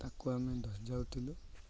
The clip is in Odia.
ତାକୁ ଆମେ ଧରି ଯାଉଥିଲେ